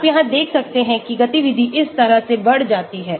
आप यहां देख सकते हैं कि गतिविधि इस तरह से बढ़ जाती है